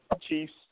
Chiefs